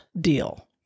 deal